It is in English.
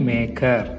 Maker